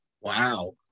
Wow